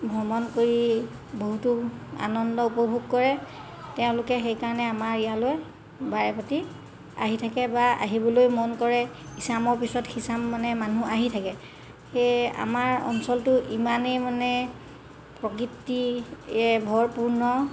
ভ্ৰমণ কৰি বহুতো আনন্দ উপভোগ কৰে তেওঁলোকে সেইকাৰণে আমাৰ ইয়ালৈ বাৰেপাতি আহি থাকে বা আহিবলৈ মন কৰে ইচামৰ পিছত সিচাম মানে মানুহ আহি থাকে সেয়ে আমাৰ অঞ্চলটো ইমানেই মানে প্ৰকৃতিয়ে ভৰপূৰ্ণ